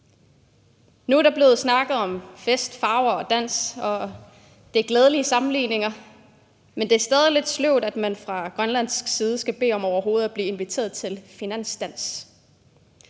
Nu er der blevet snakket om fest, farver og dans, og det er glædelige sammenligninger, men det er stadig lidt sløvt, at man fra grønlandsk side skal bede om overhovedet at blive inviteret til en finansdans.